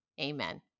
Amen